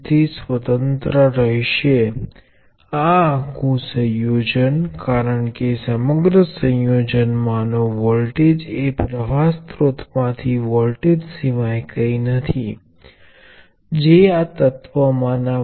તેથી જો હું સ્પષ્ટપણે IV ની લાક્ષણિકતા દોરુ તો વોલ્ટેજ હંમેશાં શૂન્ય હોય છે અને કોઈપણ પ્ર્વાહ આ શોર્ટ સર્કિટ ને લીધે વાયર માંથી વહી શકે છે